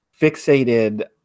fixated